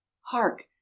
hark